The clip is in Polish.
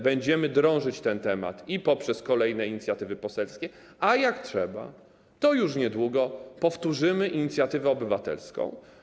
Będziemy drążyć ten temat, i poprzez kolejne inicjatywy poselskie, a jak trzeba, to już niedługo powtórzymy inicjatywę obywatelską.